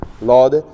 Lord